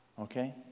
Okay